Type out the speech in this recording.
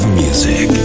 music